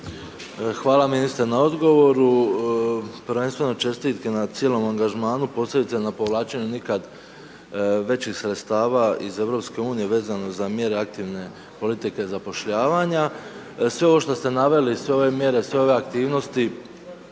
Hvala ministre na odgovoru, prvenstveno čestitke na cijelom angažmanu, posebice na povlačenju nikad većih sredstava iz EU vezano za mjere aktivne politike zapošljavanje. Sve ovo što ste naveli, sve ove mjere, sve ove aktivnosti